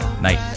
night